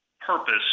purpose